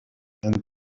and